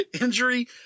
injury